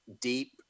deep